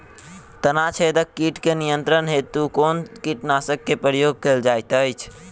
तना छेदक कीट केँ नियंत्रण हेतु कुन कीटनासक केँ प्रयोग कैल जाइत अछि?